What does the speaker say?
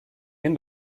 end